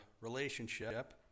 relationship